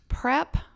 Prep